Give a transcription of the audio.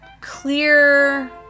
clear